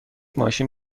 ماشین